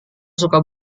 suka